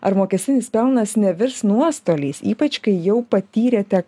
ar mokestinis pelnas nevirs nuostoliais ypač kai jau patyrėte